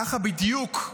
ככה בדיוק,